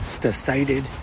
decided